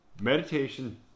Meditation